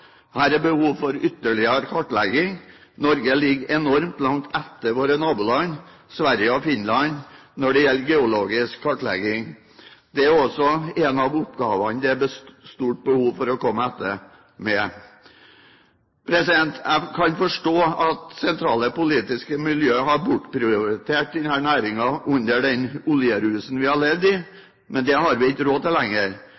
Her er det behov for ytterligere kartlegging. Norge ligger enormt langt etter våre naboland, Sverige og Finland, når det gjelder geologisk kartlegging. Dette er også en av oppgavene som det er stort behov for å komme etter med. Jeg kan forstå at sentrale politiske miljøer har bortprioritert denne næringen under den oljerusen vi har levd